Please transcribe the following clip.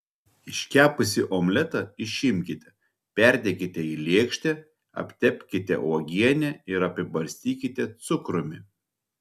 iškepusį omletą išimkite perdėkite į lėkštę aptepkite uogiene ir apibarstykite cukrumi